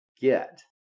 get